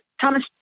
Thomas